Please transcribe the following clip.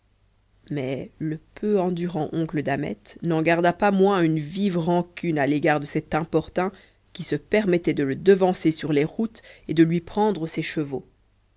mais le peu endurant oncle d'ahmet n'en garda pas moins une vive rancune à l'égard de cet importun qui se permettait de le devancer sur les routes et de lui prendre ses chevaux